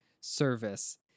service